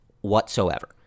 whatsoever